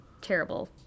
terrible